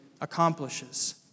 accomplishes